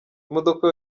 imodoka